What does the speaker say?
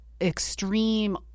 extreme